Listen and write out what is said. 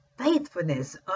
faithfulness